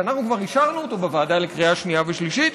שכבר אישרנו אותו בוועדה לקריאה שנייה ושלישית,